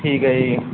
ਠੀਕ ਹੈ ਜੀ